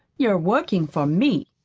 you're working for me.